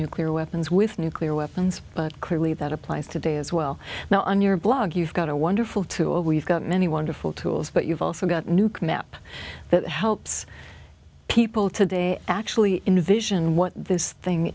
nuclear weapons with nuclear weapons but clearly that applies today as well now on your blog you've got a wonderful two a we've got many wonderful tools but you've also got nuke map that helps people today actually invision what this thing